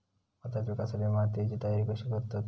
भाताच्या पिकासाठी मातीची तयारी कशी करतत?